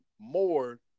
more